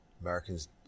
Americans